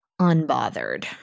unbothered